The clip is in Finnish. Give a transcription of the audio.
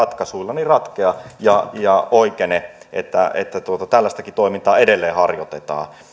kansallisilla ratkaisuilla ratkea ja ja oikene se että tällaistakin toimintaa edelleen harjoitetaan